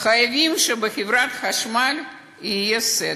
חייבים שבחברת חשמל יהיה סדר,